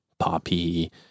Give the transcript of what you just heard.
Poppy